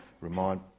remind